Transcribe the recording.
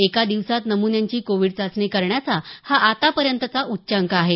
एका दिवसांत नमून्यांची कोविड चाचणी करण्याचा हा आतापर्यंतचा उच्चांक आहे